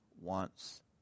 wants